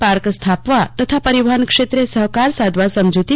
park સ્થાપવા તથા પરિવહન ક્ષેત્રે સહકાર સાધવા સમજૂતી થઇ છે